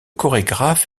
chorégraphe